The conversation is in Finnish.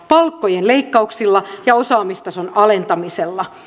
palkkojen leikkauksilla ja osaamistason alentamisella